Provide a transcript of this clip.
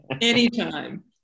anytime